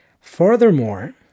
Furthermore